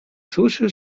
słyszy